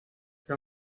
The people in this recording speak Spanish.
era